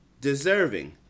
deserving